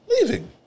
Leaving